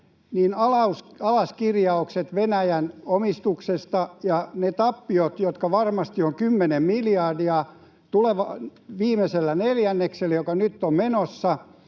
niin alaskirjaukset Venäjän omistuksesta ja ne tappiot, jotka varmasti ovat kymmenen miljardia viimeisellä neljänneksellä, joka nyt on menossa,